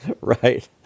Right